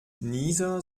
nieser